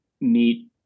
meet